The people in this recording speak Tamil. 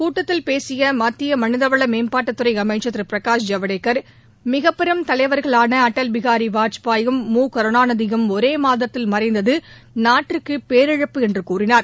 கூட்டத்தில் பேசிய மத்திய மனிதவள மேம்பாட்டுத்துறை அமைச்சர் திரு பிரகாஷ் ஐவ்டேகர் மிகப்பெரும் தலைவர்களான அடல் பிகாரி வாஜ்பாயும் மு கருணாநிதியும் ஒரே மாதத்தில் மறைந்தது நாட்டுக்கு பேரிழப்பு என்று கூறினார்